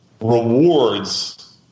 rewards